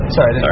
Sorry